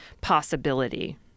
possibility